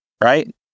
Right